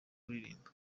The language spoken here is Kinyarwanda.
kuririmba